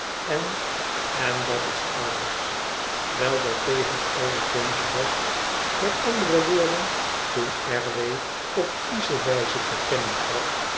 en en dat is alles wijl dat tevens al de punch was met andere woorden toen r w op kiesche wijze te kennen gaf